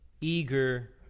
eager